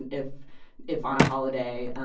and if if on a holiday.